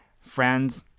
friends